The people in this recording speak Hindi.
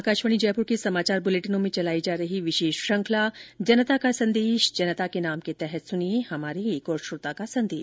आकाशवाणी जयपुर के समाचार बुलेटिनों में चलाई जा रही विशेष श्रृखंला जनता का संदेश जनता के नाम के तहत सुनिये हमारे श्रोता का संदेश